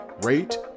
rate